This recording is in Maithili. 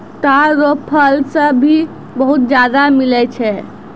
ताड़ रो फल से भी बहुत ज्यादा मिलै छै